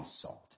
salt